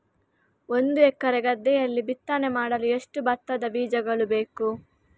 ಒಂದು ಎಕರೆ ಗದ್ದೆಯಲ್ಲಿ ಬಿತ್ತನೆ ಮಾಡಲು ಎಷ್ಟು ಭತ್ತದ ಬೀಜಗಳು ಬೇಕು?